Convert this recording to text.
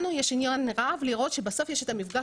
לנו יש עניין רב לראות שבסוף יש את המפגש